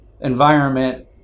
environment